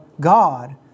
God